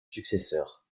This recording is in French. successeur